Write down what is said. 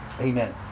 Amen